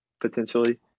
potentially